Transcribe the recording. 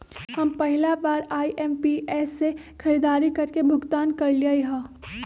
हम पहिला बार आई.एम.पी.एस से खरीदारी करके भुगतान करलिअई ह